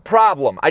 problem